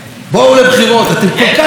אתם כל כך בטוחים בעצמכם,